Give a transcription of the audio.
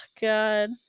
God